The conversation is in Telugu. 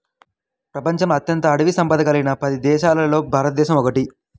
ప్రపంచంలో అత్యంత అటవీ సంపద కలిగిన పది దేశాలలో భారతదేశం ఒకటి